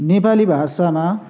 नेपाली भाषामा